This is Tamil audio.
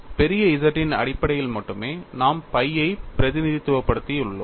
பெரிய Z இன் அடிப்படையில் மட்டுமே நாம் phi ஐ பிரதிநிதித்துவப்படுத்தியுள்ளோம்